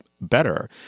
better